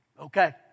Okay